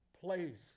place